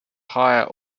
higher